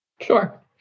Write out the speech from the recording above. Sure